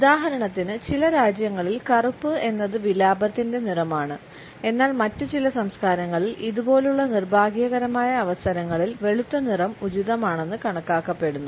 ഉദാഹരണത്തിന് ചില രാജ്യങ്ങളിൽ കറുപ്പ് എന്നത് വിലാപത്തിന്റെ നിറമാണ് എന്നാൽ മറ്റ് ചില സംസ്കാരങ്ങളിൽ ഇതുപോലുള്ള നിർഭാഗ്യകരമായ അവസരങ്ങളിൽ വെളുത്ത നിറം ഉചിതമാണെന്ന് കണക്കാക്കപ്പെടുന്നു